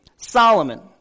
Solomon